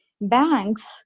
banks